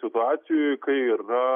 situacijoj kai yra